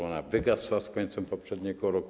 Ona wygasła z końcem poprzedniego roku.